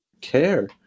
care